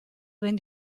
wenn